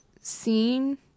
scene